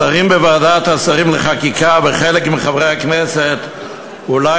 השרים בוועדת השרים לחקיקה וחלק מחברי הכנסת אולי